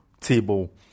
table